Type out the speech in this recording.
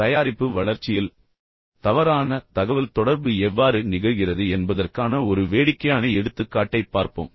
தயாரிப்பு வளர்ச்சியில் தவறான தகவல் தொடர்பு எவ்வாறு நிகழ்கிறது என்பதற்கான ஒரு வேடிக்கையான எடுத்துக்காட்டைப் பார்ப்போம்